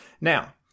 Now